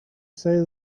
say